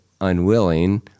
unwilling